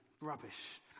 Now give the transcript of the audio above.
rubbish